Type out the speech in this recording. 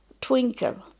twinkle